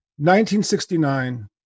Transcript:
1969